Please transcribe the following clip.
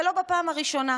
ולא בפעם הראשונה?